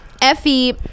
Effie